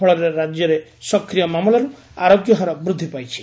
ଫଳରେ ରାକ୍ୟରେ ସକ୍ରିୟ ମାମଲାଠାରୁ ଆରୋଗ୍ୟ ହାର ବୃଦ୍ଧି ପାଇଛି